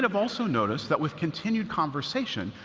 um also noticed that, with continued conversation,